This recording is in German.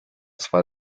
zwar